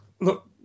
Look